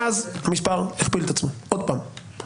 מאז, המספר הכפיל את עצמו, עוד פעם.